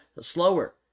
slower